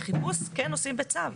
וחיפוש כן עושים בצו.